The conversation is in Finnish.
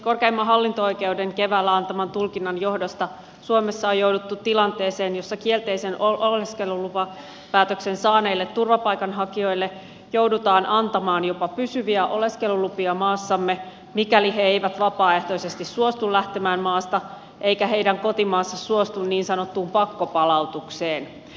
korkeimman hallinto oikeuden keväällä antaman tulkinnan johdosta suomessa on jouduttu tilanteeseen jossa kielteisen oleskelulupapäätöksen saaneille turvapaikanhakijoille joudutaan antamaan jopa pysyviä oleskelulupia maassamme mikäli he eivät vapaaehtoisesti suostu lähtemään maasta eikä heidän kotimaansa suostu niin sanottuun pakkopalautukseen